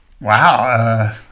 Wow